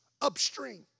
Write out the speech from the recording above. upstream